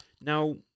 Now